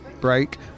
break